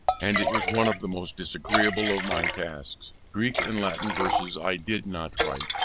and it was one of the most disagreeable of my tasks. greek and latin verses i did not write,